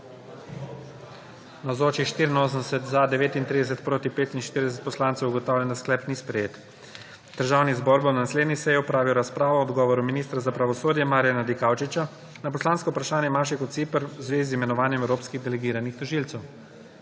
(Za je glasovalo 39.)(Proti 45.) Ugotavljam, da sklep ni sprejet. Državni zbor bo na naslednji seji opravil razpravo o odgovoru ministra za pravosodje Marjana Dikaučiča na poslansko vprašanje Maše Kociper v zvezi z imenovanjem evropskih delegiranih tožilcev.